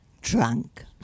Drunk